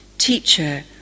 Teacher